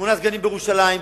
שמונה סגנים בירושלים.